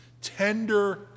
tender